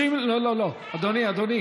לא נתקבלה.